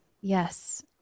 yes